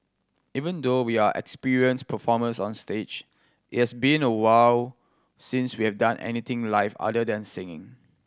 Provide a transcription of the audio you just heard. even though we are experienced performers on stage it's been a while since we have done anything live other than singing